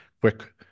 quick